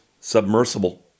submersible